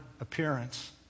appearance